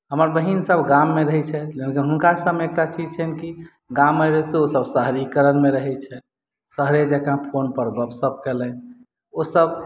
हमर बहिनसभ गाममे रहैत छथि लेकिन हुनकासभमे एकटा चीज छनि कि गाममे रहितो ओसभ शहरीकरणमे रहैत छथि शहरे जकाँ फोनपर गप्प सप्प केलनि ओसभ